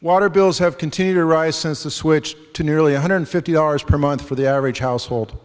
water bills have continued to rise since the switch to nearly one hundred fifty dollars per month for the average household